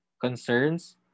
concerns